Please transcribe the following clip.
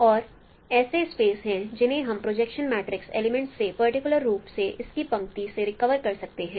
और ऐसे स्पेस हैं जिन्हें हम प्रोजेक्शन मैट्रिक्स एलीमेंटस से पर्टिकुलर रूप से इसकी पंक्तियों से रिकवर कर सकते हैं